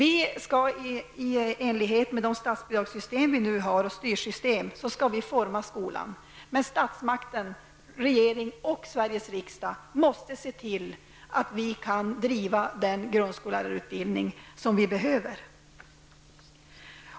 I enlighet med de statsbidragssystem som vi nu har och de styrsystem som finns skall vi styra skolan. Men statsmakterna, regeringen och Sveriges riksdag, måste se till att vi kan driva den grundskollärarutbildning som vi behöver.